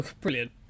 brilliant